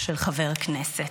של חבר כנסת".